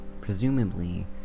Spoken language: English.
presumably